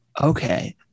okay